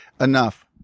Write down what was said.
enough